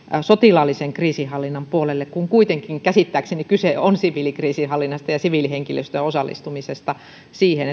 sotilaallisen kriisinhallinnan puolelle kuitenkin käsittääkseni kyse on siviilikriisinhallinnasta ja siviilihenkilöstön osallistumisesta siihen